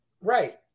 Right